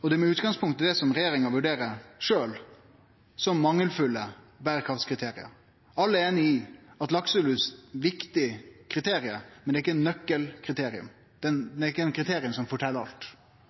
og det er med utgangspunkt i det som regjeringa sjølv vurderer som mangelfulle berekraftskriterium. Alle er einige i at lakselus er eit viktig kriterium, men det er ikkje eit nøkkelkriterium. Det er ikkje eit kriterium som fortel alt.